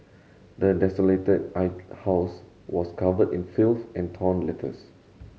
the desolated house was covered in filth and torn letters